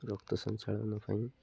ରକ୍ତ ସଞ୍ଚାଳନ ପାଇଁ